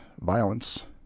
violence